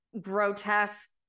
grotesque